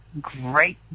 great